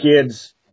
kids